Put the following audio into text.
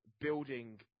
building